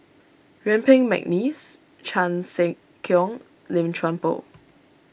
Yuen Peng McNeice Chan Sek Keong Lim Chuan Poh